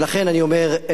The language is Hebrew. ולכן אני אומר,